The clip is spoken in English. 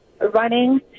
running